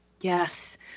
Yes